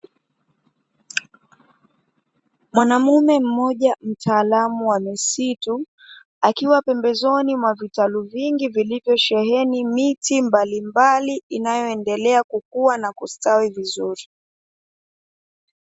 Mwanaume mmoja mtaalamu wa misitu, akiwa pembezoni mwa vitalu vingi vilivyosheni miti mbalimbali inayoendelea kukua na kustawi vizuri.